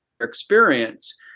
experience